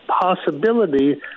possibility